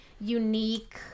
unique